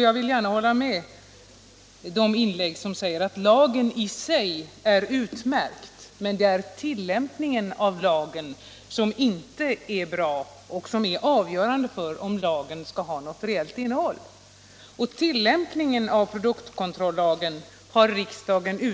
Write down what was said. Jag vill gärna hålla med dem som säger att lagen i sig är utmärkt men att tillämpningen av lagen inte är bra, och den är avgörande för om lagen skall ha något reellt innehåll. Riksdagen